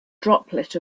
droplet